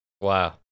Wow